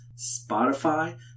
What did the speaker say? Spotify